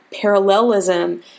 parallelism